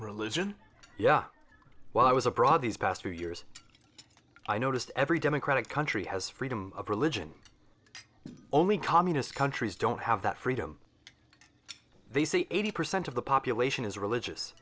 religion yeah while i was abroad these past few years i noticed every democratic country has freedom of religion only communist countries don't have that freedom they see eighty percent of the population is religious